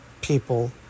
people